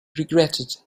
regretted